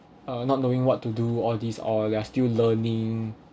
uh not knowing what to do all these or you are still learning